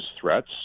threats